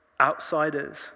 outsiders